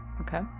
okay